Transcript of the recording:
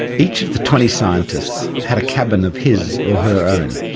each of the twenty scientists had a cabin of his or her own.